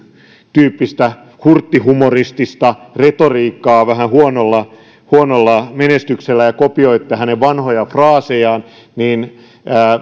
tyyppistä hurttihumoristista retoriikkaa vähän huonolla huonolla menestyksellä ja kopioitte hänen vanhoja fraasejaan niin